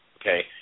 Okay